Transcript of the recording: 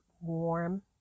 warm